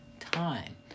time